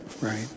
Right